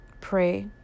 Pray